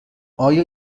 آیا